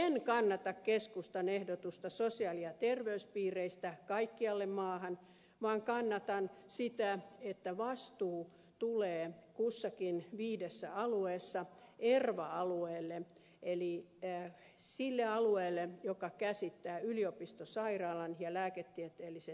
en kannata keskustan ehdotusta sosiaali ja terveyspiireistä kaikkialle maahan vaan kannatan sitä että vastuu tulee kussakin viidessä alueessa erva alueelle eli sille alueelle joka käsittää yliopistosairaalan ja lääketieteellisen tiedekunnan